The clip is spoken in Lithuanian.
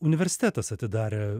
universitetas atidarė